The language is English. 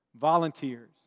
Volunteers